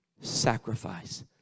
Sacrifice